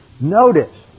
Notice